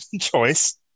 choice